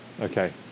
Okay